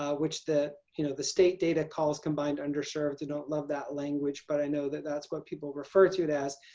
ah which the you know the state data calls combined underserved. i don't love that language, but i know that that's what people refer to it as.